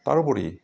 তাৰোপৰি